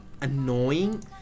annoying